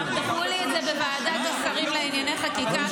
כבר דחו לי את זה בוועדת השרים לענייני חקיקה,